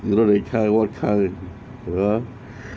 you don't really care what kind !huh!